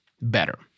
better